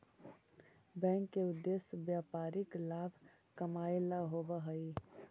bank के उद्देश्य व्यापारिक लाभ कमाएला होववऽ हइ